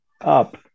up